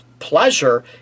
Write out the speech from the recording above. pleasure